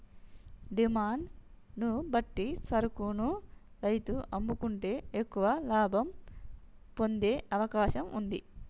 demand ను బట్టి సరుకును రైతు అమ్ముకుంటే ఎక్కువ లాభం పొందే అవకాశం వుంది